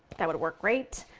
that would work great,